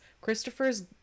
Christopher's